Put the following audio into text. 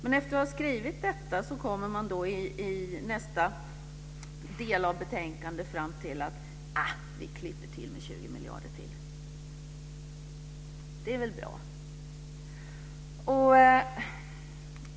Men efter att ha skrivit detta kommer man i nästa del av betänkandet fram till att man klipper till med 20 miljarder till. Det är väl bra.